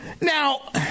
Now